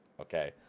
okay